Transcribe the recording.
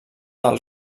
del